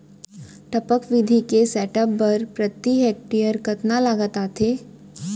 टपक विधि के सेटअप बर प्रति हेक्टेयर कतना लागत आथे?